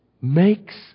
makes